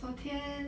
昨天